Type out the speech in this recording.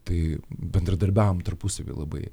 tai bendradarbiavom tarpusavyje labai